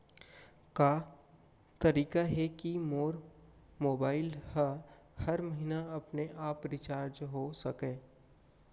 का तरीका हे कि मोर मोबाइल ह हर महीना अपने आप रिचार्ज हो सकय?